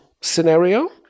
scenario